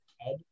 head